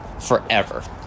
forever